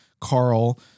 Carl